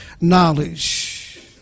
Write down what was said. Knowledge